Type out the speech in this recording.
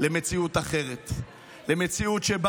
צאי